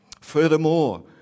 Furthermore